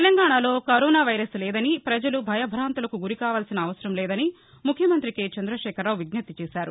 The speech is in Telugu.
తెలంగాణాలో కరోన వైరస్ లేదని పజలు భయభాంతులకు గురికావలసిన అవసరం లేదని ముఖ్యమంత్రి కె చంద్ర శేఖర రావు విజ్ఞప్తి చేశారు